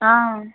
ஆ